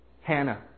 Hannah